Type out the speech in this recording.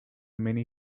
many